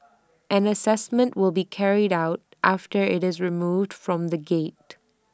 an Assessment will be carried out after IT is removed from the gate